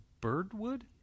Birdwood